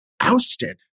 ousted